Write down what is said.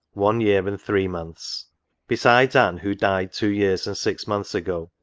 one year and three months besides anne who died two years and six months ago,